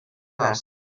gras